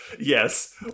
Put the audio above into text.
yes